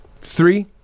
three